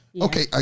Okay